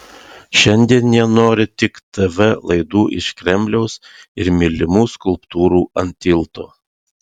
šiandien jie nori tik tv laidų iš kremliaus ir mylimų skulptūrų ant tilto